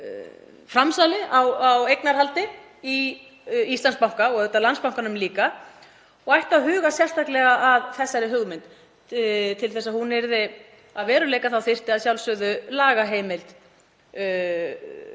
framsali á eignarhaldi í Íslandsbanka og Landsbankanum líka og ættu að huga sérstaklega að þessari hugmynd. Til þess að hún yrði að veruleika þyrfti að sjálfsögðu lagaheimild